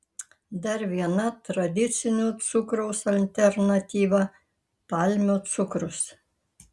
dar viena tradicinio cukraus alternatyva palmių cukrus